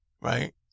right